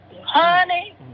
Honey